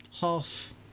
half